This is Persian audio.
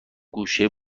گوشه